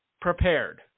prepared